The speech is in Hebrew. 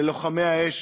ללוחמי האש,